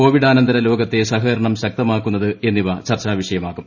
കോവിഡാനന്തര ലോകത്തെ സഹകരണം ശക്തമാക്കുന്നത് എന്നിവ ചർച്ചാവിഷയമാകും